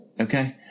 Okay